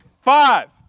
Five